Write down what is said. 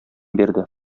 бирде